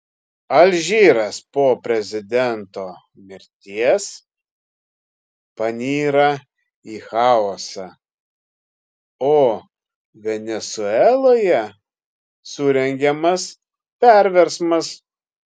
alžyras po prezidento mirties panyra į chaosą o venesueloje surengiamas perversmas